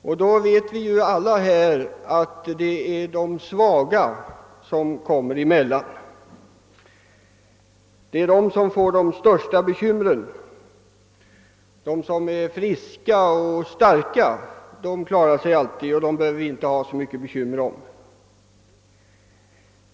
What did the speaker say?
Vi vet alla att det är de svaga som får sitta emellan och dråbbas av de "största bekymren. De som "är friska och stärka klarar sig alltid, och dem behöver vi inte oroa oss så mycket för.